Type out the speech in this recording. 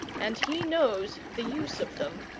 and he knows the use of them.